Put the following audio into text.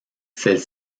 celle